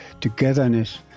togetherness